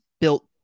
built